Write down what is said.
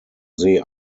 see